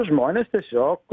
žmonės tiesiog